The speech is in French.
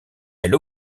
elle